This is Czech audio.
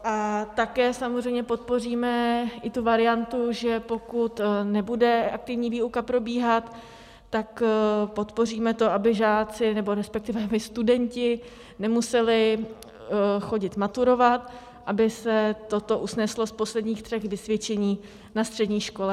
A také samozřejmě podpoříme i tu variantu, že pokud nebude aktivní výuka probíhat, tak podpoříme to, aby žáci, resp. aby studenti nemuseli chodit maturovat, aby se toto usneslo z posledních třech vysvědčení na střední škole.